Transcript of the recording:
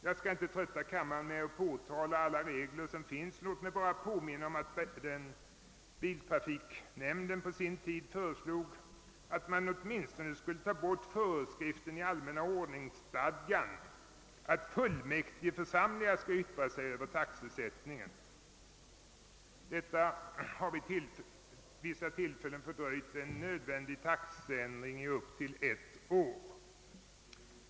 Jag skall inte trötta kammaren med att påtala alla regler som finns; låt mig bara påminna om att biltrafiknämnden på sin tid föreslog att man åtminstone skulle ta bort föreskriften i allmänna ordningsstadgan, att fullmäktigeförsamlingar skall yttra sig över taxesättningen. Detta har vid vissa tillfällen fördröjt en nödvändig taxeändring med upp till ett år.